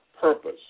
purpose